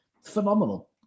Phenomenal